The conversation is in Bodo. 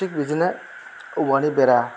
थिक बिदिनो औवानि बेरा